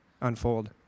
unfold